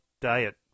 diet